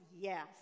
yes